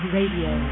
Radio